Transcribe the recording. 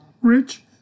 rich